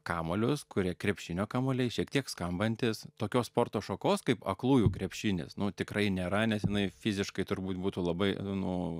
kamuolius kurie krepšinio kamuoliai šiek tiek skambantys tokios sporto šakos kaip aklųjų krepšinis tikrai nėra nes jinai fiziškai turbūt būtų labai nu